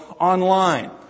online